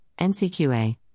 NCQA